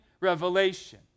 revelation